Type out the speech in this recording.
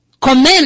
Comment